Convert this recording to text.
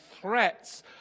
threats